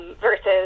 versus